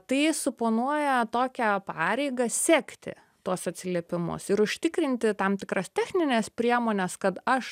tai suponuoja tokią pareigą sekti tuos atsiliepimus ir užtikrinti tam tikras technines priemones kad aš